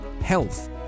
health